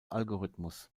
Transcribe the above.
algorithmus